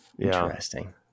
Interesting